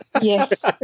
Yes